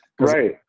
right